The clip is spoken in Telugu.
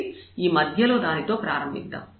కాబట్టి ఈ మధ్యలో దానితో ప్రారంభిద్దాం